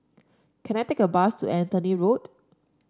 can I take a bus to Anthony Road